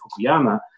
Fukuyama